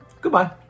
Goodbye